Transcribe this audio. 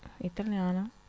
Italiano